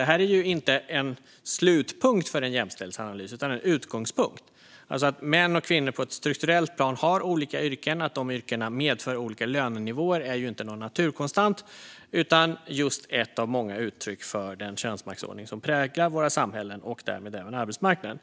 Detta är inte en slutpunkt för en jämställdhetsanalys utan en utgångspunkt, alltså att män och kvinnor på ett strukturellt plan har olika yrken. Att de yrkena medför olika lönenivåer är ju inte någon naturkonstant utan just ett av många uttryck för den könsmaktsordning som präglar vårt samhälle och därmed även arbetsmarknaden.